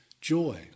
joy